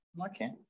Okay